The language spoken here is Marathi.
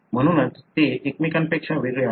म्हणूनच ते एकमेकांपेक्षा वेगळे आहेत